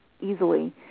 easily